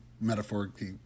metaphorically